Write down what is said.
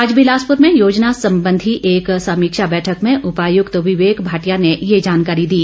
आज बिलासपुर में योजना संबंधी एक समीक्षा बैठक में उपायुक्त विवेक भाटिया ने ये जानकारी दी